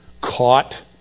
caught